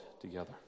together